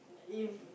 if